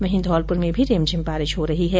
वहीं धौलपुर में भी रिमझिम बारिश हो रही है